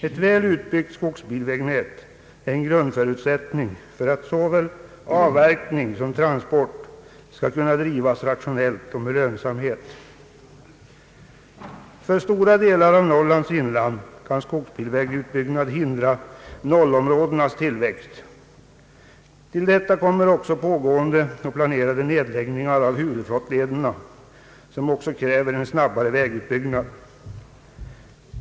Ett väl utbyggt skogsbilvägnät är en grundförutsättning för att såväl avverkning som transport skall kunna drivas rationellt och med lönsamhet. För stora delar av Norrlands inland kan skogsbilvägutbyggnad hindra nollområdenas tillväxt. Till detta kommer också pågående och planerade nedläggningar av huvudflottlederna, som även kräver en snabbare vägutbyggnad.